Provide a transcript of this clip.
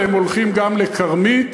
והם הולכים גם לכרמית,